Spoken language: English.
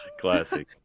classic